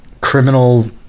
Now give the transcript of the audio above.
criminal